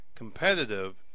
competitive